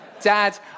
Dad